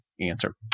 answer